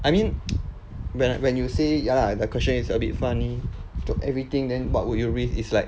I mean when when you say ya lah the question is a bit funny to everything then but would you risk it's like